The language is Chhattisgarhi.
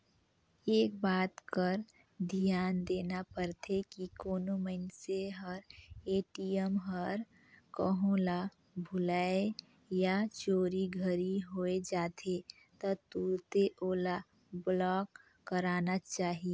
एक बात कर धियान देना परथे की कोनो मइनसे हर ए.टी.एम हर कहों ल भूलाए या चोरी घरी होए जाथे त तुरते ओला ब्लॉक कराना चाही